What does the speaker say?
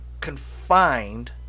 confined